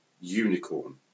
Unicorn